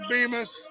Bemis